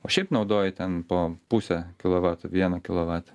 o šiaip naudoji ten po pusę kilovato vieną kilovatą